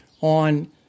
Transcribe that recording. on